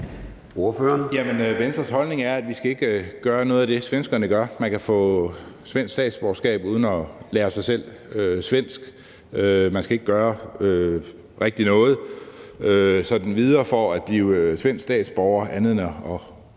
Fuglede (V): Venstres holdning er, at vi ikke skal gøre noget af det, svenskerne gør. Man kan få svensk statsborgerskab uden at lære sig svensk; man skal ikke rigtig gøre noget sådan videre for at blive svensk statsborger andet end at